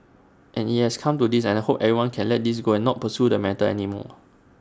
and IT has come to this and I hope everyone can let this go and not pursue the matter anymore